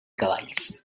cavalls